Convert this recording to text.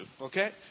Okay